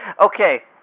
Okay